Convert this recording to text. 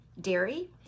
dairy